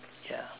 ya